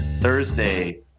Thursday